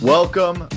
Welcome